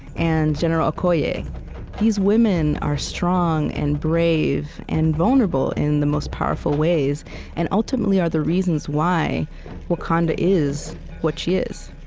and general okoye. ah these women are strong and brave and vulnerable in the most powerful ways and ultimately are the reasons why wakanda is what she is